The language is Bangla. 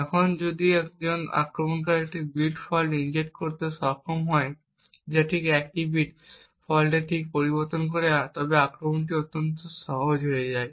এখন যদি একজন আক্রমণকারী একটি বিট ফল্ট ইনজেক্ট করতে সক্ষম হয় যা ঠিক 1 বিট ফল্টে ঠিকভাবে পরিবর্তন করে তবে আক্রমণটি অত্যন্ত সহজ হয়ে যায়